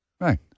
Right